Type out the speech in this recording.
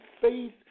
faith